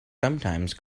sometimes